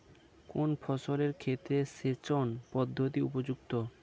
কোন ফসলের ক্ষেত্রে সেচন পদ্ধতি উপযুক্ত?